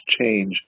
change